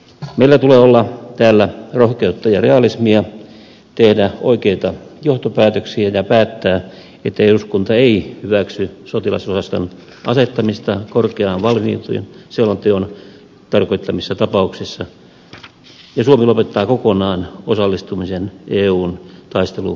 meillä tulee olla täällä rohkeutta ja realismia tehdä oikeita johtopäätöksiä ja päättää että eduskunta ei hyväksy sotilasosaston asettamista korkeaan valmiuteen selonteon tarkoittamissa tapauksissa ja suomi lopettaa kokonaan osallistumisen eun taistelujoukkoihin